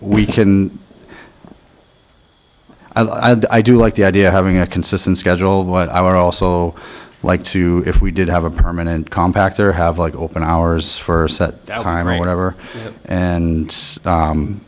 we can i do like the idea of having a consistent schedule but i would also like to if we did have a permanent compact or have like open hours for set a timer whatever and